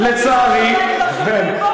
גם שם חיסלו אותו,